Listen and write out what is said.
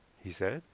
he said.